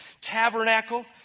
tabernacle